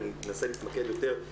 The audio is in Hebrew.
אני אגיע לזה.